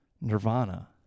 Nirvana